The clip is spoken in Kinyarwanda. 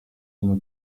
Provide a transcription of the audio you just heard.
kuno